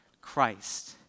Christ